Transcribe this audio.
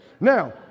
now